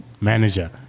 manager